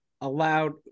allowed